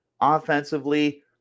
Offensively